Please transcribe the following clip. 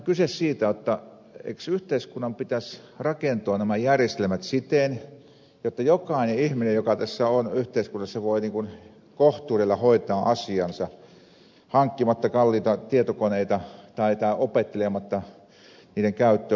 kyse on siitä eikö yhteiskunnan pitäisi rakentaa nämä järjestelmät siten jotta jokainen ihminen joka on tässä yhteiskunnassa voi kohtuudella hoitaa asiansa hankkimatta kalliita tietokoneita tai opettelematta niiden käyttöä